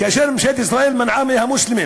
כאשר ממשלת ישראל מנעה מהמוסלמים